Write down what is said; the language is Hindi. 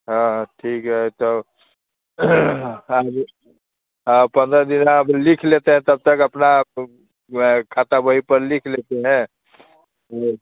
हाँ हाँ ठीक है तब पंद्रह दिन में अब लिख लेते हैं तब तक अपना खाता बही पर लिख लेते हैं वो